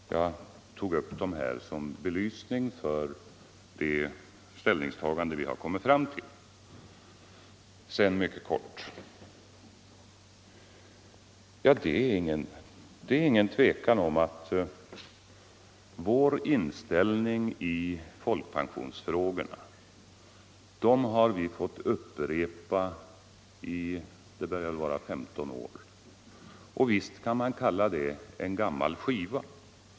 Jag tog för min del upp frågorna som belysning av det ställningstagande vi har kommit fram till. Sedan mycket kort: Våra ståndpunkter i folkpensionsfrågorna har vi fått upprepa i — ja, det bör väl vara 15 år nu. Och visst kan man kalla det en gammal skiva.